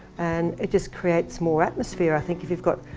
and it just creates more atmosphere i think, if you've got,